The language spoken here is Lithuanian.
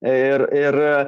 ir ir